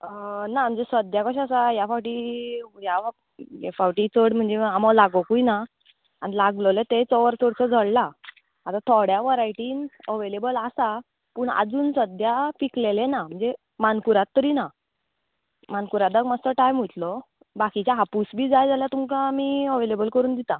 ना म्हणजे सद्याक कशें आसा ह्या फावटीं ह्या फाव फावटीं चड म्हणजे आमो लागोकूय ना आनी लागलोले तेवूय चंवर चडसो जळ्ळा आतां थोड्या वरायटीन अवेलेबल आसा पूण आजून सद्याक पिकलेले ना म्हणजे मानकुराद तरी ना मानकुरादाक मास्सो टायम वयतलो बाकिचे हापूस बी जाय जाल्यार तुमकां आमी अवेलेबल करून दिता